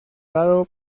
dado